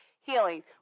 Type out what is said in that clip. healing